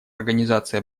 организации